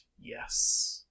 yes